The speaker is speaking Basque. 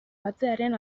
batzearen